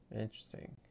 Interesting